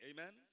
Amen